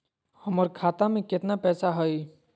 हमर खाता मे केतना पैसा हई?